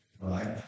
Right